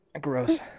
Gross